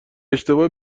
اشتباه